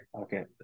okay